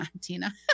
Tina